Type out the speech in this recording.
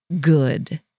good